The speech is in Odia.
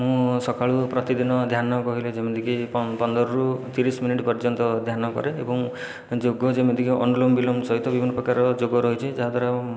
ମୁଁ ସକାଳୁ ପ୍ରତିଦିନ ଧ୍ୟାନ କହିଲେ ଯେମିତିକି ପନ୍ଦରରୁ ତିରିଶ ମିନିଟ ପର୍ଯ୍ୟନ୍ତ ଧ୍ୟାନ କରେ ଏବଂ ଯୋଗ ଯେମିତିକି ଅନୁଲୋମ ବିଲୋମ ସହିତ ବିଭିନ୍ନ ପ୍ରକାର ଯୋଗ ରହିଛି ଯାହା ଦ୍ୱାରା